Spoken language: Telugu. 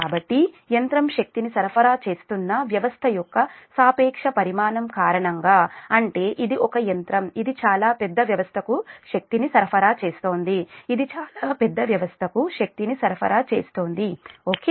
కాబట్టి యంత్రం శక్తిని సరఫరా చేస్తున్న వ్యవస్థ యొక్క సాపేక్ష పరిమాణం కారణంగా అంటే ఇది ఒక యంత్రం ఇది చాలా పెద్ద వ్యవస్థకు శక్తిని సరఫరా చేస్తోంది ఇది చాలా పెద్ద వ్యవస్థకు శక్తిని సరఫరా చేస్తోంది ఓకే